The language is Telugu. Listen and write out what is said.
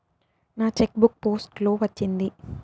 నా చెక్ బుక్ పోస్ట్ లో వచ్చింది